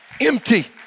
Empty